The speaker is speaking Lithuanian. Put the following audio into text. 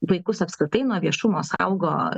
vaikus apskritai nuo viešumo saugo